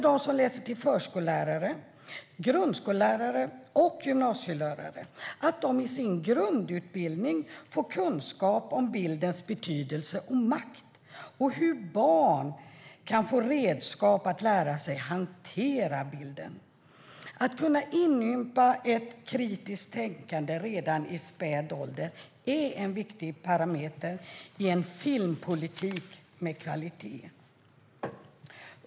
De som läser till förskollärare, grundskollärare och gymnasielärare måste i sin grundutbildning få kunskap om bildens betydelse och makt och hur barn kan få redskap att lära sig hantera bilden. Att kunna inympa ett kritiskt tänkande redan i späd ålder är en viktig parameter i en filmpolitik med kvalitet.